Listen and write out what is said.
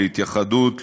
להתייחדות,